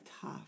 tough